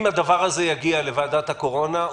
אם הדבר הזה יגיע לוועדת הקורונה,